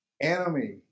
enemy